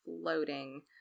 floating